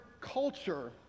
culture